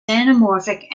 anamorphic